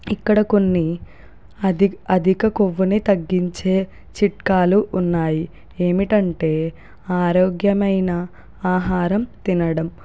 ఇక్కడ కొన్ని అది అధిక కొవ్వుని తగ్గించే చిట్కాలు ఉన్నాయి ఏమిటంటే ఆరోగ్యమైన ఆహారం తినడం